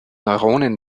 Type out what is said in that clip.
neuronen